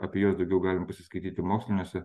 apie juos daugiau galima pasiskaityti moksliniuose